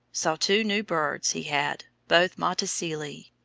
saw two new birds he had, both motacillae.